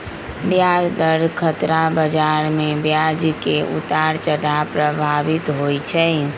ब्याज दर खतरा बजार में ब्याज के उतार चढ़ाव प्रभावित होइ छइ